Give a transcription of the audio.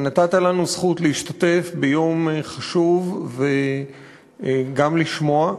נתת לנו זכות להשתתף ביום חשוב, גם לשמוע,